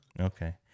Okay